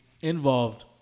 involved